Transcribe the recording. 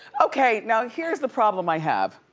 okay, now here's the problem i have.